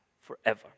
forever